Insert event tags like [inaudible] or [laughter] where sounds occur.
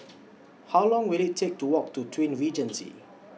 How Long Will IT Take to Walk to Twin Regency [noise]